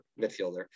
midfielder